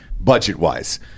budget-wise